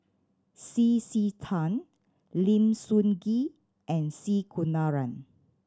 C C Tan Lim Sun Gee and C Kunalan